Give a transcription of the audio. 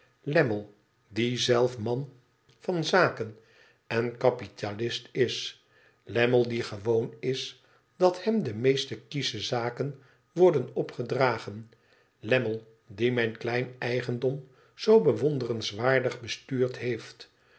lammie die zelf man van zaken en kapitalist is lammie die gewoon is dat hem de meest kiesche zaken worden opgedragen lammie die mijn klein eigendom zoo bewonderenswaardig bestuurd heeft